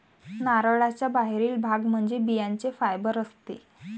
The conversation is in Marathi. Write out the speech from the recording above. नारळाचा बाहेरील भाग म्हणजे बियांचे फायबर असते